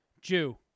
Jew